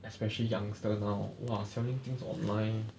especially youngster now !wah! selling things online